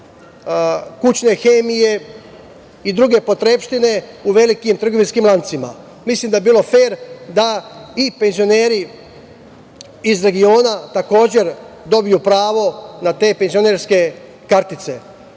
kućne hemije i druge potrepštine u velikim trgovinskim lancima. Mislim da bi bilo fer da i penzioneri iz regiona takođe dobiju pravo na te penzionerske kartice. Konačno,